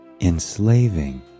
enslaving